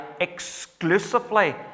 exclusively